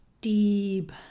deep